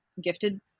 gifted